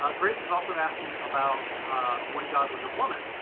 ah grace is also asking about when god was a woman.